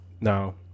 no